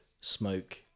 smoke